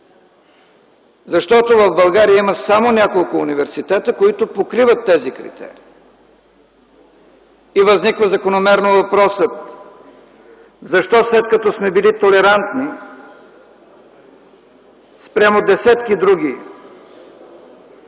защото в България има само няколко университета, които покриват тези критерии. И възниква закономерно въпросът защо, след като сме били толерантни спрямо десетки други